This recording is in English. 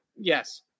Yes